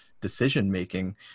decision-making